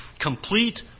complete